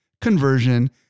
conversion